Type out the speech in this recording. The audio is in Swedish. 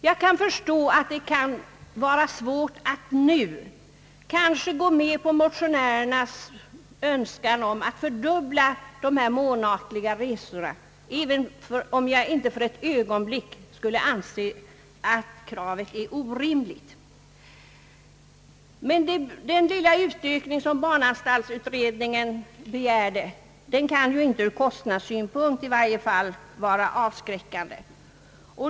Jag förstår att det kan vara svårt att nu gå med på motionärernas önskan om att fördubbla de månatliga resorna för barnen, även om jag inte för ett ögonblick anser att kravet är orimligt. Men den lilla utökning som barnanstaltsutredningen begärde kan i varje fall inte ur kostnadssynpunkt vara avskräckande.